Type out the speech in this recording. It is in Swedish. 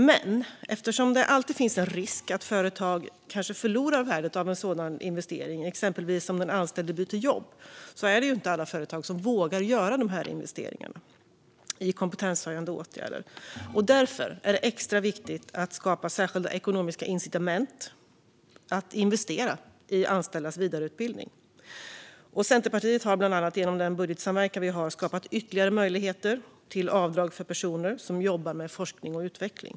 Men eftersom det alltid finns en risk att företag förlorar värdet av en sådan investering, exempelvis om den anställde byter jobb, är det inte alla företag som vågar gör dessa investeringar i kompetenshöjande åtgärder. Därför är det extra viktigt att skapa särskilda ekonomiska incitament att investera i anställdas vidareutbildning. Centerpartiet har genom den budgetsamverkan vi har bland annat skapat ytterligare möjligheter till avdrag för personer som jobbar med forskning och utveckling.